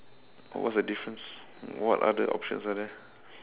what's the difference what other options are there